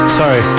sorry